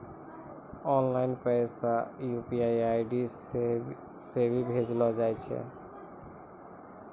online पैसा UPI ID से भी भेजलो जाय छै